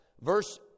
Verse